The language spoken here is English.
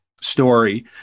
story